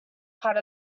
part